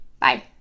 Bye